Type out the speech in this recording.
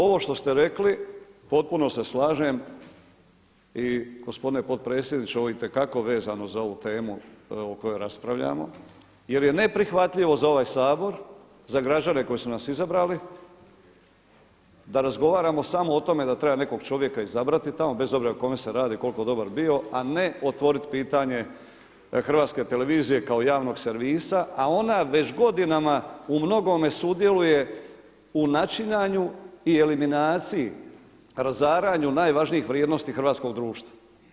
Ovo što ste rekli potpuno se slažem i gospodine potpredsjedniče ovo je itekako vezano za ovu temu o kojoj raspravljamo jer je neprihvatljivo za ovaj Sabor, za građane koji su nas izabrali da razgovaramo samo o tome da treba nekog čovjeka izabrati tamo bez obzira o kome se radi i koliko dobar bio a ne otvorit pitanje Hrvatske televizije kao javnog servisa a onda već godinama u mnogome sudjeluje u načinjanju i eliminaciji, razaranju najvažnijih vrijednosti hrvatskog društva.